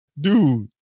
Dude